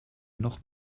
noch